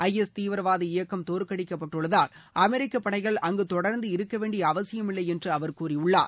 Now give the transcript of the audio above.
IS தீவிரவாத இயக்கம் தோற்கடிக்கப்பட்டுள்ளதால் அமெரிக்க படைகள் அங்கு தொடர்ந்து இருக்கவேண்டிய அவசியமில்லை என்று அவர் கூறியுள்ளார்